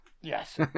Yes